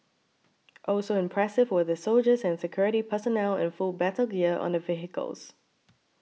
also impressive were the soldiers and security personnel in full battle gear on the vehicles